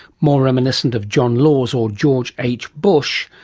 more reminiscent of john laws or george h bush,